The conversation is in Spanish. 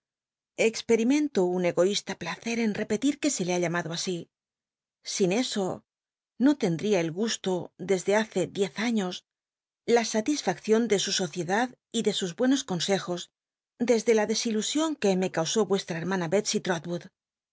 to un egoísta placer en repetir que se le ha llamado nsí sin eso no tendría el gusto desde hace diez años la satisfaceion de su sociedad y de sus buenos consejos desde la desilusion que me causó hermana